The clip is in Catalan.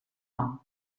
nom